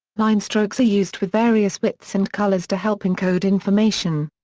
line strokes are used with various widths and colors to help encode information.